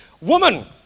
woman